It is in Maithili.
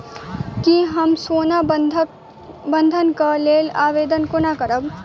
की हम सोना बंधन कऽ लेल आवेदन कोना करबै?